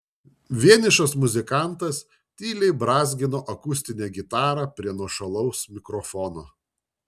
vienišas muzikantas tyliai brązgino akustinę gitarą prie nuošalaus mikrofono